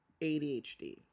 adhd